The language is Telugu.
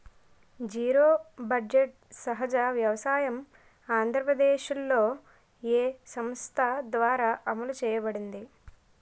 జీరో బడ్జెట్ సహజ వ్యవసాయం ఆంధ్రప్రదేశ్లో, ఏ సంస్థ ద్వారా అమలు చేయబడింది?